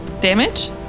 Damage